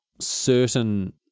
certain